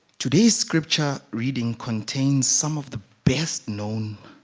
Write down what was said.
to the scripture reading contains some of the best known